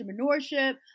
entrepreneurship